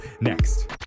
Next